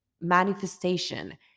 manifestation